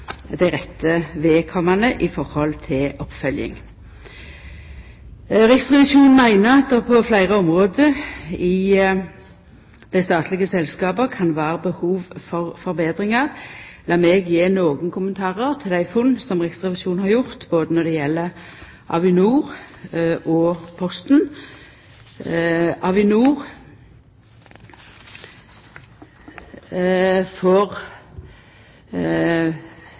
til rette vedkomande i forhold til oppfølging. Riksrevisjonen meiner at det på fleire område i dei statlege selskapa kan vera behov for forbetringar. Lat meg gje nokre kommentarar til dei funna som Riksrevisjonen har gjort, både når det gjeld Avinor og Posten. Avinor